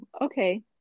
okay